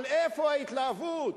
אבל איפה ההתלהבות,